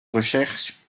recherches